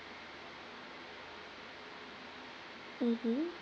mmhmm